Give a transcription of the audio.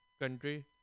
country